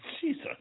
Jesus